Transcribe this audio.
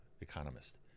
economist